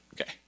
Okay